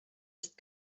ist